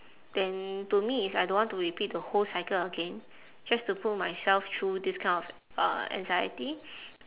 then to me it's I don't want to repeat the whole cycle again just to put myself through this kind of uh anxiety